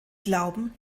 glauben